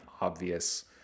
obvious